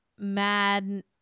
mad